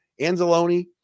anzalone